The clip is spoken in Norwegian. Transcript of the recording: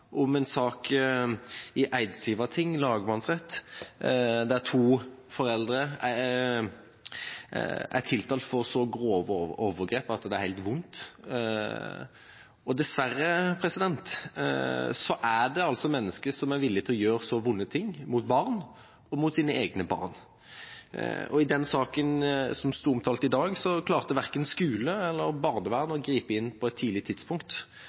om en sak i Eidsivating lagmannsrett der to foreldre er tiltalt for så grove overgrep at det gjør vondt. Dessverre finnes det altså mennesker som er i stand til å gjøre så vonde ting mot barn og mot sine egne barn. I denne saken, som står omtalt i dag, klarte verken skole eller barnevern å gripe inn på et tidlig tidspunkt,